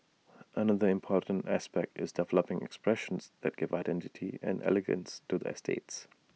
another important aspect is developing expressions that give identity and elegance to the estates